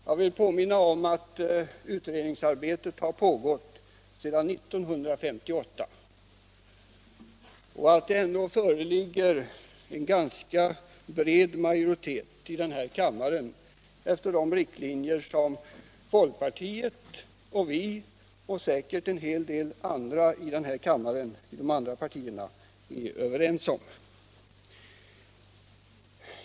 Jag vill påminna om att utredningsarbetet har pågått sedan 1958 och att det föreligger en ganska bred majoritet för de riktlinjer som folkpartiet, vi socialdemokrater och säkert en hel del andra ledamöter från de övriga partierna är överens om.